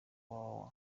www